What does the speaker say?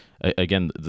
again